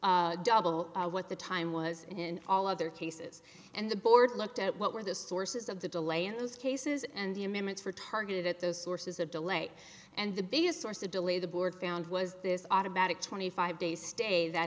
double what the time was in all other cases and the board looked at what were the sources of the delay in those cases and the amendments were targeted at those sources of delay and the biggest source of delay the board found was this automatic twenty five days day that